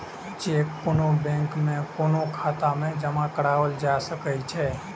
cheque कोनो bank में कोनो खाता मे जमा कराओल जा सकै छै